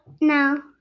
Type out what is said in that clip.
No